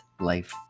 life